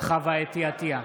חוה אתי עטייה,